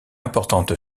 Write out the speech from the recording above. importante